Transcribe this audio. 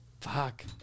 Fuck